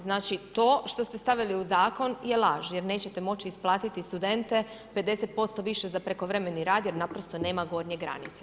Znači to što ste stavili u zakon je laž jer nećete moći isplatiti studente 50% više za prekovremeni rad jer naprosto nema gornje granice.